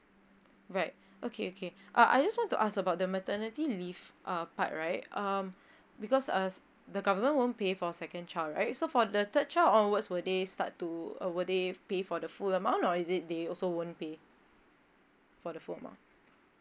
right okay okay uh I just want to ask about the maternity leave uh part right um because us the government won't pay for second child right so for the third child onwards will they start to uh will they pay for the full amount or is it they also won't pay for the full amount